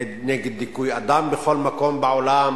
נגד דיכוי אדם בכל מקום בעולם,